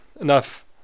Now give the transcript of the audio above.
enough